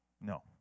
No